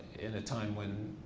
in a time when